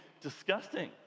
disgusting